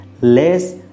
less